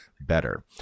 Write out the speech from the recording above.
better